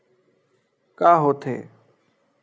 का होथे?